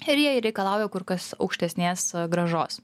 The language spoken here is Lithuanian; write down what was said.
ir jie reikalauja kur kas aukštesnės grąžos